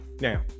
Now